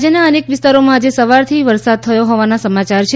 રાજ્યના અનેક વિસ્તારોમાં આજે સવારથી વરસાદ થયો હોવાના સમાચાર છે